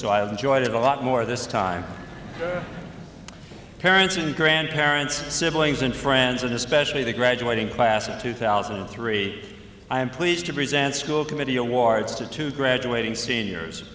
so i enjoyed it a lot more this time parents and grandparents siblings and friends and especially the graduating class of two thousand and three i am pleased to present school committee awards to two graduating seniors